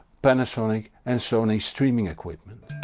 panasonic and sony streaming equipment.